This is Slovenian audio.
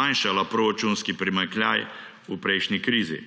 manjšala proračunski primanjkljaj v prejšnji krizi.